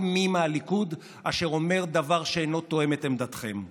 מי מהליכוד אשר אומר דבר שאינו תואם את עמדתכם.